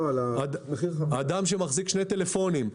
אדם שמחזיק שני טלפונים,